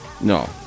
no